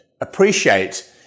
appreciate